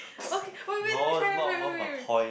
okay wait wait let me try let me try wait wait wait